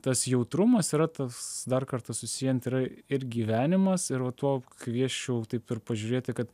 tas jautrumas yra tas dar kartą susiejant yra ir gyvenimas ir va tuo kviesčiau taip ir pažiūrėti kad